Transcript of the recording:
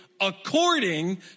according